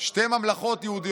אני לא מדבר, שתי ממלכות יהודיות,